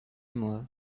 more